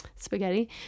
spaghetti